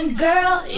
girl